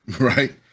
right